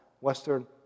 Western